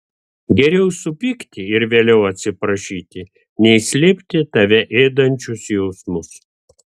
geriau supykti ir vėliau atsiprašyti nei slėpti tave ėdančius jausmus